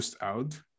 out